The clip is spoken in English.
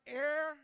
air